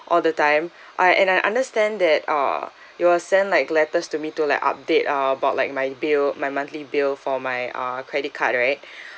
all the time I and I understand that uh you will send like letters to me to like update uh about like my bill my monthly bill for my uh credit card right